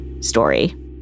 story